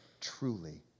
truly